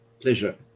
Pleasure